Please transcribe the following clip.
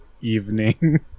evening